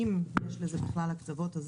אם יש לזה בכלל הקצבות,